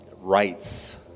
rights